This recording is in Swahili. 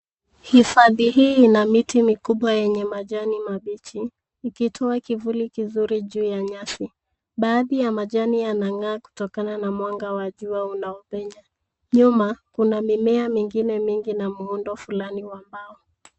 Hifadhi hii ina miti mikubwa yenye majani mabichi, ikitoa kivuli kizuri juu ya nyasi. Baadhi ya majani yanang'aa kutokana na mwanga wa jua unaopenya. Nyuma, kuna mimea mingine mingi, na muundo fulani wa mbao.